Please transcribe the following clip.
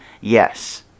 yes